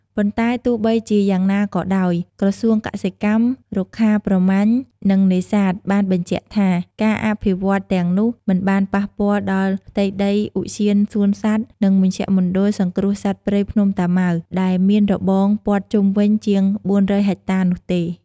ប៉ុន្តែទោះបីជាយ៉ាងណាក៏ដោយ ក្រសួងកសិកម្ម រុក្ខាប្រមាញ់ និងនេសាទបានបញ្ជាក់ថា ការអភិវឌ្ឍន៍ទាំងនោះមិនបានប៉ះពាល់ដល់ផ្ទៃដីឧទ្យានសួនសត្វ និងមជ្ឈមណ្ឌលសង្គ្រោះសត្វព្រៃភ្នំតាម៉ៅ ដែលមានរបងព័ទ្ធជុំវិញជាង ៤០០ ហិកតា នោះទេ។